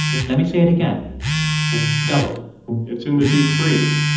let me say it again double it's in the deepfreeze.